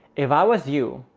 if i was you,